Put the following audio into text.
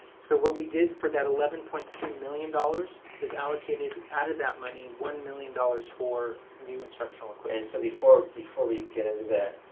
so what we did for that eleven point two million dollars is allocated out of that money one million dollars for new instruction like equipment. and so before before we get into that,